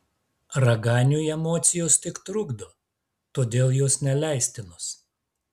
raganiui emocijos tik trukdo todėl jos neleistinos